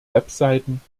webseiten